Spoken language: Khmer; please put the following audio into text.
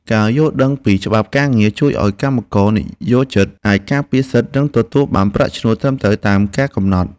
ការយល់ដឹងពីច្បាប់ការងារជួយឱ្យកម្មករនិយោជិតអាចការពារសិទ្ធិ និងទទួលបានប្រាក់ឈ្នួលត្រឹមត្រូវតាមការកំណត់។